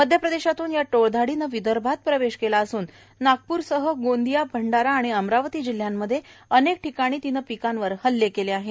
मध्य प्रदेशातून या टोळधाडीनं विदर्भात प्रवेश केला असून नागपूर गोंदिया भंडारा अमरावती या जिल्हयांमधे अनेक ठिकाणी तिनं पिकांवर हल्ले केले आहेत